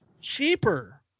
cheaper